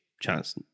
chance